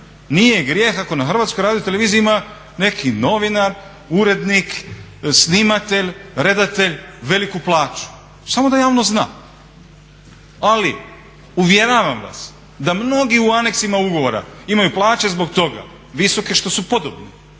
nije grijeh ako na HRT-u ima neki novinar, urednik, snimatelj, redatelj veliku plaću, samo da javnost zna. Ali uvjeravam vas da mnogi u anexima ugovora imaju plaće zbog toga visoke zato što su podobni,